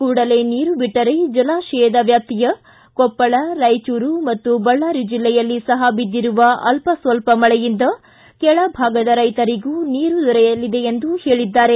ಕೂಡಲೇ ನೀರು ಬಿಟ್ಟರೆ ಜಲಾಶಯದ ವ್ಯಾಪ್ತಿಯ ಕೊಪ್ಪಳ ರಾಯಚೂರು ಮತ್ತು ಬಳ್ಳಾರಿ ಜಿಲ್ಲೆಯಲ್ಲಿ ಸಹ ಬಿದ್ದಿರುವ ಅಲ್ಪ ಸ್ವಲ್ಪ ಮಳೆಯಿಂದ ಕೆಳ ಭಾಗದ ರೈತರಿಗೂ ನೀರು ದೊರೆಯಲಿದೆ ಎಂದು ಹೇಳಿದ್ದಾರೆ